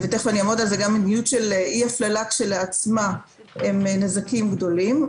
גם מדיניות של אי הפללה כשלעצמה, הם נזקים גדולים.